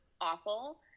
awful